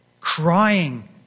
crying